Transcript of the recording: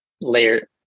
layer